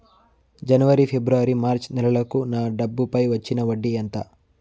జనవరి, ఫిబ్రవరి, మార్చ్ నెలలకు నా డబ్బుపై వచ్చిన వడ్డీ ఎంత